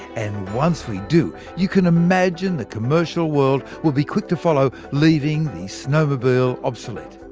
and once we do, you can imagine the commercial world will be quick to follow, leaving the snowmobile obsolete.